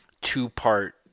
two-part